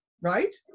right